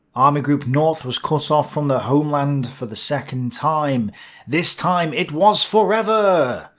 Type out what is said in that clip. army group north was cut off from the homeland for the second time this time it was forever!